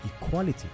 equality